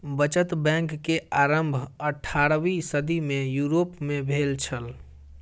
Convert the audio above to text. बचत बैंक के आरम्भ अट्ठारवीं सदी में यूरोप में भेल छल